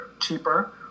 cheaper